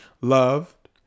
loved